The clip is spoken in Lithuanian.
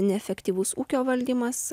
neefektyvus ūkio valdymas